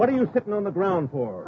what are you sitting on the ground for